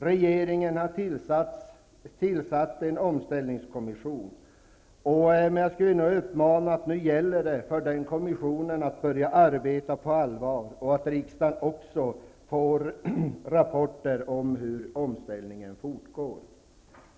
Regeringen har tillsatt en omställningskommission -- nu gäller det för den kommissionen att börja arbeta på allvar och att se till att riksdagen får rapporter om hur omställningen fortgår.